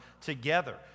together